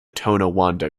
tonawanda